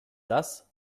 das